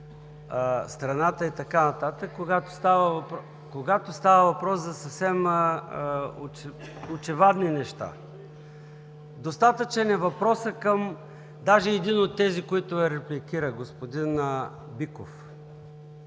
страната и така нататък, когато става въпрос за съвсем очевадни неща. Достатъчен е въпросът към даже един от тези, които Ви репликираха – господин Биков,